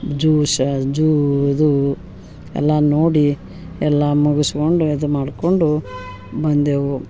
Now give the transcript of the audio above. juice ಜೂ ಇದು ಎಲ್ಲ ನೋಡಿ ಎಲ್ಲ ಮುಗಸ್ಕೊಂಡು ಇದು ಮಾಡ್ಕೊಂಡು ಬಂದೇವು